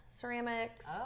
ceramics